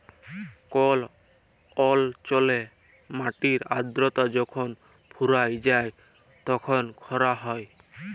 call অল্চলে মাটির আদ্রতা যখল ফুরাঁয় যায় তখল খরা হ্যয়